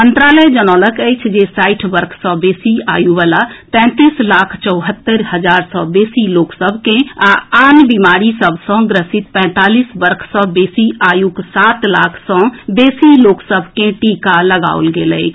मंत्रालय जनौलक अछि जे साठि वर्ष सँ बेसी आयु वला तैंतालीस लाख चौहत्तरि हजार सँ बेसी लोक सभ के आ आन बीमारी सभ सँ ग्रसित पैंतालीस वर्ष सँ बेसी आयुक सात लाख सँ बेसी लोक सभ के टीका लगाओल गेल अछि